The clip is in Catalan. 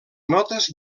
notes